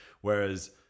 Whereas